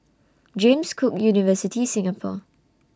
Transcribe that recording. James Cook University Singapore